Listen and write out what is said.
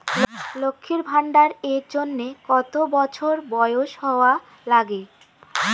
লক্ষী ভান্ডার এর জন্যে কতো বছর বয়স হওয়া লাগে?